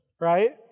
right